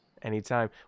Anytime